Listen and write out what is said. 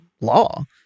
law